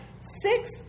six